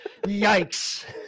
yikes